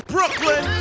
Brooklyn